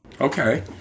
Okay